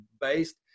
based